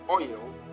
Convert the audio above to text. oil